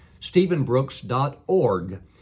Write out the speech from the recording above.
stephenbrooks.org